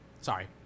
Sorry